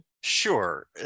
Sure